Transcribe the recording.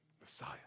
Messiah